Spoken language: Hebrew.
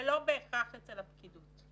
ולא בהכרח אצל הפקידות.